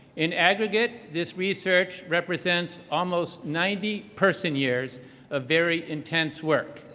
in aggregate, this research represents almost ninety person years of very intense work.